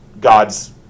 God's